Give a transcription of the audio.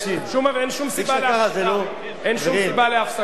אין שום סיבה להפסקה.